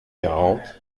quarante